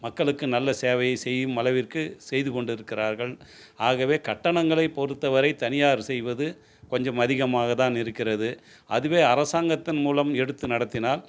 மக்களுக்கு நல்ல சேவையை செய்யும் அளவிற்கு செய்து கொண்டு இருக்கிறார்கள் ஆகவே கட்டணங்களை பொறுத்த வரை தனியார் செய்வது கொஞ்சம் அதிகமாக தான் இருக்கிறது அதுவே அரசாங்கத்தின் மூலம் எடுத்து நடத்தினால்